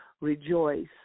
rejoice